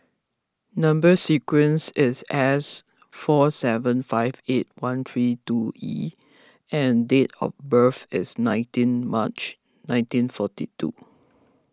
Number Sequence is S four seven five eight one three two E and date of birth is nineteen March nineteen forty two